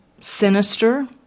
sinister